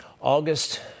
August